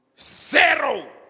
zero